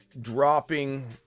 dropping